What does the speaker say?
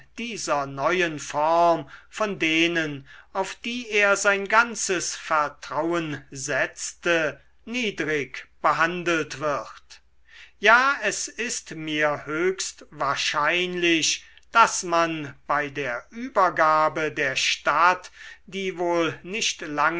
dieser neuen form von denen auf die er sein ganzes vertrauen setzte niedrig behandelt wird ja es ist mir höchst wahrscheinlich daß man bei der übergabe der stadt die wohl nicht